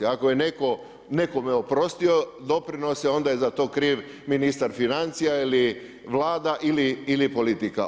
Ako je neko nekome oprostio doprinose onda je za to kriv ministar financija ili Vlada ili politika.